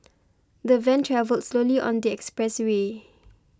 the van travelled slowly on the expressway